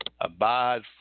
Abide